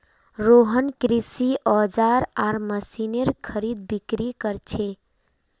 रोहन कृषि औजार आर मशीनेर खरीदबिक्री कर छे